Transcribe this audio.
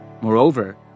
Moreover